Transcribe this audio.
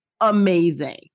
amazing